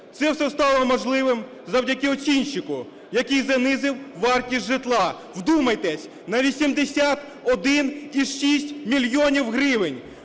Це все стало можливим завдяки оцінщику, який занизив вартість житла, вдумайтесь, на 81,6 мільйонів гривень.